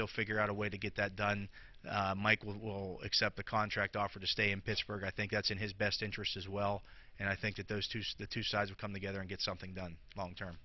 they'll figure out a way to get that done mike will accept the contract offer to stay in pittsburgh i think that's in his best interest as well and i think that those two see the two sides come together and get something done long term